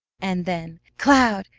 and then cloud!